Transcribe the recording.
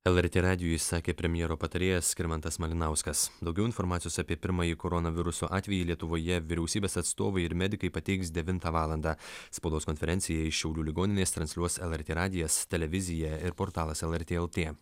lrt radijui sakė premjero patarėjas skirmantas malinauskas daugiau informacijos apie pirmąjį koronaviruso atvejį lietuvoje vyriausybės atstovai ir medikai pateiks devintą valandą spaudos konferenciją iš šiaulių ligoninės transliuos lrt radijas televizija ir portalas lrt lt